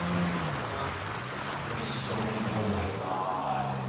on come on there's so many oh my god